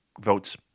votes